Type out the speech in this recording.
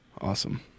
Awesome